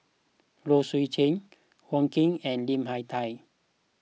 Low Swee Chen Wong Keen and Lim Hak Tai